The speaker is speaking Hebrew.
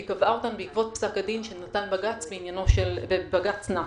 והיא קבעה אותן בעקבות פסק הדין בג"ץ נאסר.